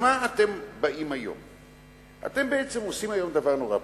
אתם בעצם עושים דבר נורא פשוט: